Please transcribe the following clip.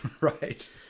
Right